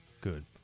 Good